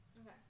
Okay